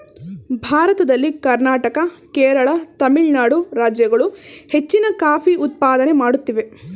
ಭಾರತದಲ್ಲಿ ಕರ್ನಾಟಕ, ಕೇರಳ, ತಮಿಳುನಾಡು ರಾಜ್ಯಗಳು ಹೆಚ್ಚಿನ ಕಾಫಿ ಉತ್ಪಾದನೆ ಮಾಡುತ್ತಿವೆ